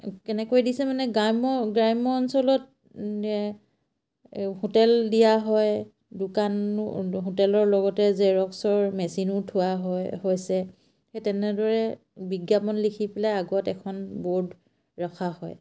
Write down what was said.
কেনেকৈ দিছে মানে গ্ৰাম্য গ্ৰাম্য অঞ্চলত হোটেল দিয়া হয় দোকানো হোটেলৰ লগতে জেৰক্সৰ মেচিনো থোৱা হয় হৈছে সেই তেনেদৰে বিজ্ঞাপন লিখি পেলাই আগত এখন ব'ৰ্ড ৰখা হয়